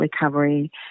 recovery